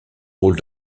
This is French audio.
rôle